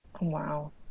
Wow